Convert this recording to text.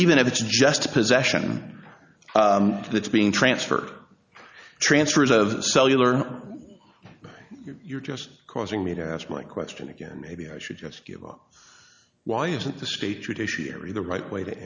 even if it's just possession that's being transferred transfers of cellular you're just causing me to ask my question again maybe i should just give up why isn't the state traditionary the right way to